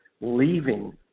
leaving